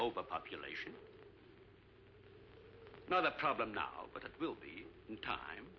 overpopulation not a problem now but it will be in time